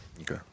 Okay